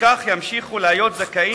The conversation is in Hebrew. וכך ימשיכו להיות זכאים,